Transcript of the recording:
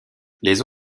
les